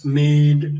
made